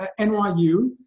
NYU